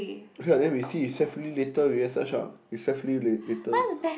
okay then lah we see if set free later then we go and search lah if set free later